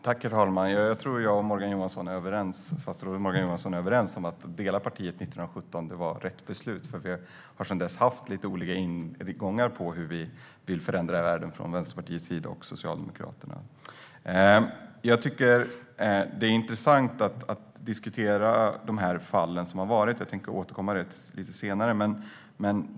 Herr talman! Jag tror att jag och statsrådet Morgan Johansson är överens om att det var rätt beslut att dela partiet 1917, för Vänsterpartiet och Socialdemokraterna har sedan dess haft lite olika ingångar när det gäller hur vi vill förändra världen. Jag tycker att det är intressant att diskutera de fall som har varit, och jag tänker återkomma till det lite senare.